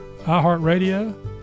iHeartRadio